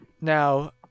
Now